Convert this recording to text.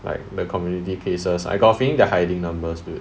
like the community cases I got a feeling they're hiding numbers dude